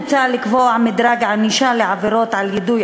מוצע לקבוע מדרג ענישה לעבירות על יידוי